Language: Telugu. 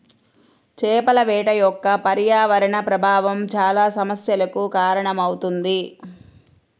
చేపల వేట యొక్క పర్యావరణ ప్రభావం చాలా సమస్యలకు కారణమవుతుంది